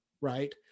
right